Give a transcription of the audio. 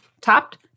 topped